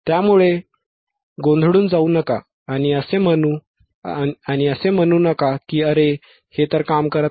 त्यामुळे गोंधळून जाऊ नका आणि असे म्हणू नका की अरे हे तर काम करत नाही